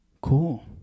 Cool